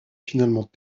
finalement